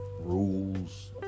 rules